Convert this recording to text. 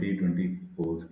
2024